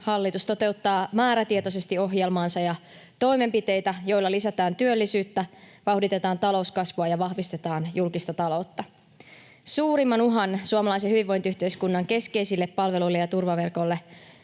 hallitus toteuttaa määrätietoisesti ohjelmaansa ja toimenpiteitä, joilla lisätään työllisyyttä, vauhditetaan talouskasvua ja vahvistetaan julkista taloutta. Suurimman uhan suomalaisen hyvinvointiyhteiskunnan keskeisille palveluille ja turvaverkoille